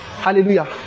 Hallelujah